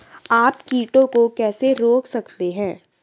आप कीटों को कैसे रोक सकते हैं?